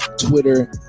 twitter